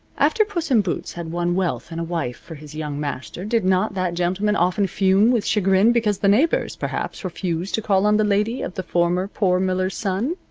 after puss in boots had won wealth and a wife for his young master did not that gentleman often fume with chagrin because the neighbors, perhaps, refused to call on the lady of the former poor miller's son?